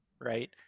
right